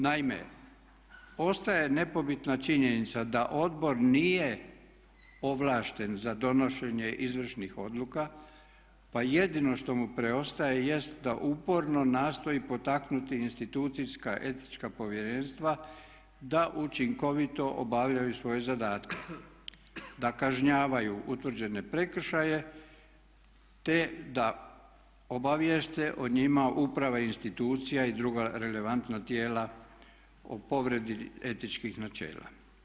Naime, ostaje nepobitna činjenica da odbor nije ovlašten za donošenje izvršnih odluka pa jedino što mu preostaje jest da uporno nastoji potaknuti institucijska etička povjerenstva da učinkovito obavljaju svoje zadatke, da kažnjavaju utvrđene prekršaje te da obavijeste o njima uprave institucija i druga relevantna tijela o povredi etičkih načela.